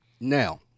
Now